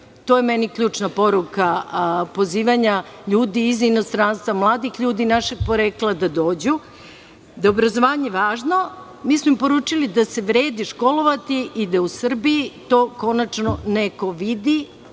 To je meni ključna poruka pozivanja ljudi iz inostranstva, mladih ljudi našeg porekla da dođu. Da je obrazovanje važno, mi smo im poručili da vredi školovati se i da u Srbiji to neko vidi,